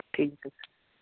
ٹھیٖک حظ